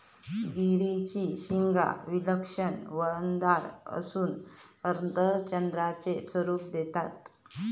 गिरीची शिंगा विलक्षण वळणदार असून अर्धचंद्राचे स्वरूप देतत